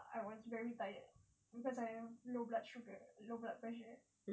err I was very tired cause I have low blood sugar low blood pressure